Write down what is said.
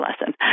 lesson